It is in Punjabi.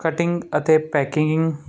ਕਟਿੰਗ ਅਤੇ ਪੈਕਿੰਗ